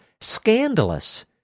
scandalous